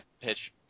pitch